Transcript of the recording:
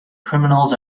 criminals